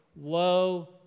low